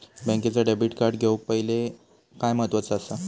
बँकेचा debit card घेउक पाहिले काय महत्वाचा असा?